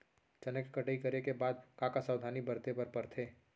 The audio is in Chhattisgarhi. चना के कटाई करे के बाद का का सावधानी बरते बर परथे?